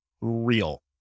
real